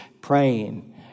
praying